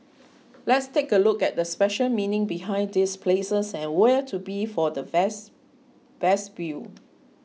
let's take a look at the special meaning behind these places and where to be for the best view